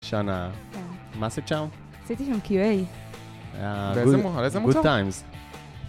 שנה... מה עשית שם? עשיתי שם QA אה... באיזה מוכר? גוד טיימס...איזה מוכר?